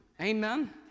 Amen